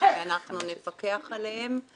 ואנחנו נפקח עליהם.